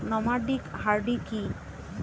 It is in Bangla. নমাডিক হার্ডি কি?